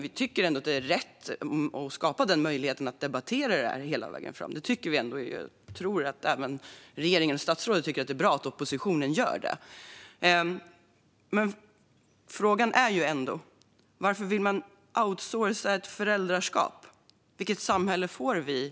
Vi tycker ändå att det är rätt att skapa möjlighet för att debattera det hela vägen fram, och vi tror att även regeringen och statsrådet tycker att det är bra att oppositionen gör det. Men jag är ändå bekymrad. Varför vill man outsourca ett föräldraskap? Vilket samhälle får vi då?